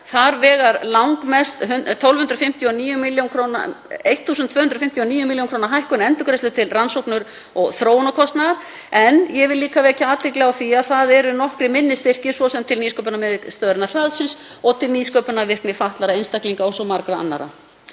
Þar vegur langmest 1.259 millj. kr. hækkun endurgreiðslu til rannsókna- og þróunarkostnaðar en ég vil líka vekja athygli á því að það eru nokkrir minni styrkir, svo sem til nýsköpunarmiðstöðvarinnar Hraðsins og til nýsköpunarvirkni fatlaðra einstaklinga og svo margra annarra.